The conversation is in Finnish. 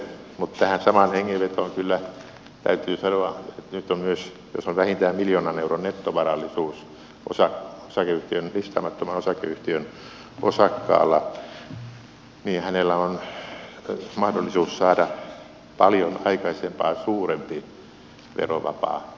mutta tähän samaan hengenvetoon kyllä täytyy sanoa että jos on vähintään miljoonan euron nettovarallisuus listaamattoman osakeyhtiön osakkaalla niin hänellä on nyt mahdollisuus saada paljon aikaisempaa suurempi verovapaa osinko